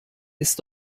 ist